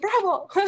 bravo